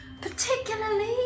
Particularly